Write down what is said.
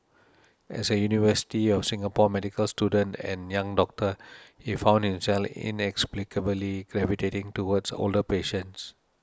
as a University of Singapore medical student and young doctor he found himself inexplicably gravitating towards older patients